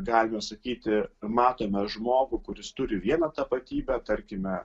galime sakyti matome žmogų kuris turi vieną tapatybę tarkime